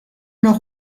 know